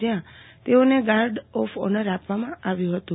જ્યાં તેઓને guard of honour આપવામાં આવ્યું હતું